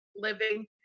living